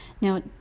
Now